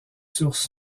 sources